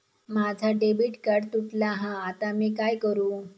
माझा debit card तुटला हा आता मी काय करू?